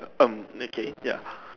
um okay ya